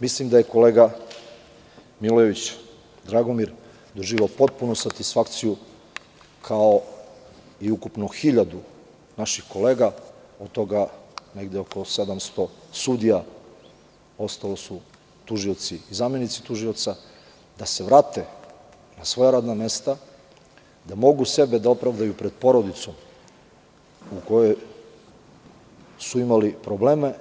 Mislim da je kolega Milojević Dragomir doživeo potpunu satisfakciju, kao i ukupno 1.000 naših kolega, od toga negde oko 700 sudija, ostalo su tužioci i zamenici tužioca, da se vrate na svoja radna mesta, da mogu sebe da opravdaju pred porodicom u kojoj su imali probleme